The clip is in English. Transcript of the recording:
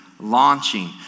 launching